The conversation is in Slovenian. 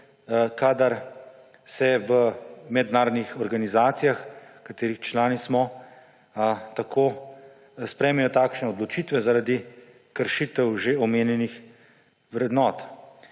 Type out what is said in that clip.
kadar se v mednarodnih organizacijah, katerih člani smo, tako sprejmejo takšne odločitve zaradi kršitev že omenjenih vrednot.